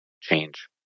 change